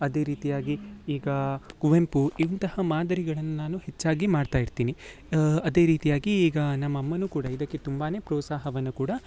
ಅದೇ ರೀತಿಯಾಗಿ ಈಗ ಕುವೆಂಪು ಇಂತಹ ಮಾದರಿಗಳನ್ನು ನಾನು ಹೆಚ್ಚಾಗಿ ಮಾಡ್ತಾ ಇರ್ತೀನಿ ಅದೇ ರೀತಿಯಾಗಿ ಈಗ ನಮ್ಮ ಅಮ್ಮನು ಕೂಡ ಇದಕ್ಕೆ ತುಂಬ ಪ್ರೋತ್ಸಾಹವನ್ನು ಕೂಡ